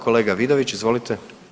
Kolega Vidović, izvolite.